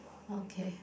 okay